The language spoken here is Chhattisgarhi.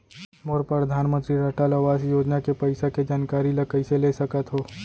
मोर परधानमंतरी अटल आवास योजना के पइसा के जानकारी ल कइसे ले सकत हो?